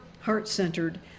heart-centered